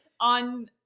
on